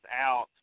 out